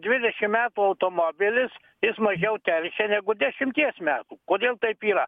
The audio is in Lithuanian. dvidešim metų automobilis jis mažiau teršia negu dešimties metų kodėl taip yra